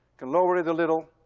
can lower it a little.